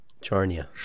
Charnia